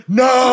no